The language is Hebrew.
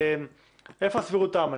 איפה הסבירות תמה?